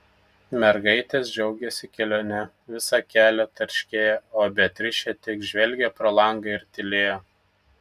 mergaitės džiaugėsi kelione visą kelią tarškėjo o beatričė tik žvelgė pro langą ir tylėjo